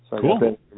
Cool